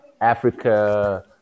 Africa